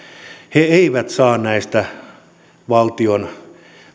eivät saa tästä valtion